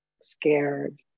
scared